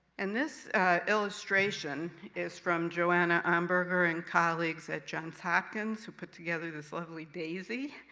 and this illustration is from joanna amberger and colleagues at johns hopkins, who put together this lovely daisy